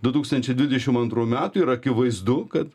du tūkstančiai dvidešim antrų metų ir akivaizdu kad